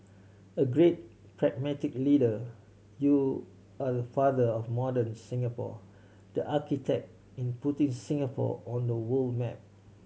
a great pragmatic leader you are the father of modern Singapore the architect in putting Singapore on the world map